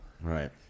right